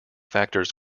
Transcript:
factors